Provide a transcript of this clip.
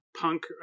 punk